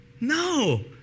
No